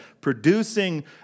producing